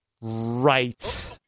Right